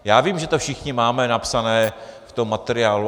Já vím, že to všichni máme napsané v tom materiálu.